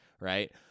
right